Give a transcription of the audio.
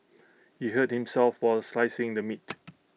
he hurt himself while slicing the meat